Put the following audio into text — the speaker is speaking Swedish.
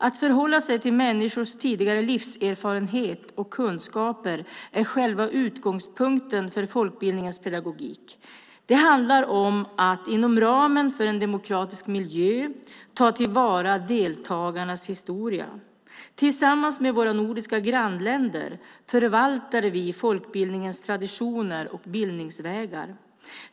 Att förhålla sig till människors tidigare livserfarenhet och kunskaper är själva utgångspunkten för folkbildningens pedagogik. Det handlar om att inom ramen för en demokratisk miljö ta till vara deltagarnas historia. Tillsammans med våra nordiska grannländer förvaltar vi folkbildningens traditioner och bildningsvägar.